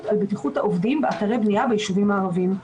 על בטיחות העובדים באתרי בנייה ביישובים הערביים.